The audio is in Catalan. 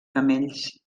camells